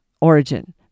origin